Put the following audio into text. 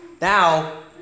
Now